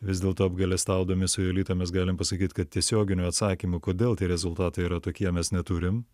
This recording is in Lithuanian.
vis dėlto apgailestaudami su jolita mes galim pasakyt kad tiesioginių atsakymų kodėl tie rezultatai yra tokie mes neturim